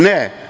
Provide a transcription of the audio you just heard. Ne.